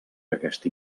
aquest